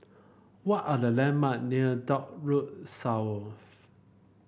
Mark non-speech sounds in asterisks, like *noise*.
what are the landmark near Dock Road *unintelligible*